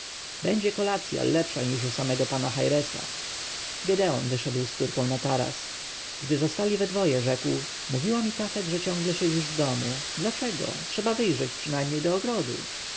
będzie kolacja lepsza niż u samego pana chairesa gedeon wyszedł z córką na taras gdy zostali we dwoje rzekł mówiła mi tafet że ciągle siedzisz w domu dlaczego trzeba wyjrzeć przynajmniej do ogrodu